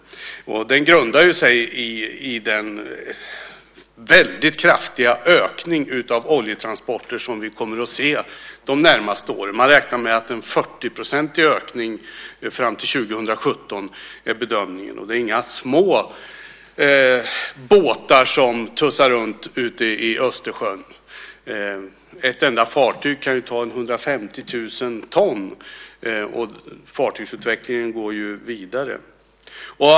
Den grundar sig i den väldigt kraftiga ökning av oljetransporter som vi kommer att se de närmaste åren. Bedömningen är en 40-procentig ökning fram till 2017. Det är inga små båtar som tussar runt ute i Östersjön. Ett enda fartyg kan ta 150 000 ton, och fartygsutvecklingen går vidare.